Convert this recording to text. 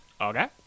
Okay